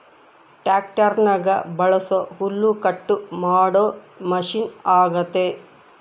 ಟ್ಯಾಕ್ಟರ್ನಗ ಬಳಸೊ ಹುಲ್ಲುಕಟ್ಟು ಮಾಡೊ ಮಷಿನ ಅಗ್ಯತೆ